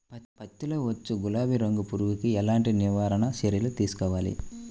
పత్తిలో వచ్చు గులాబీ రంగు పురుగుకి ఎలాంటి నివారణ చర్యలు తీసుకోవాలి?